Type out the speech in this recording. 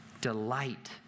Delight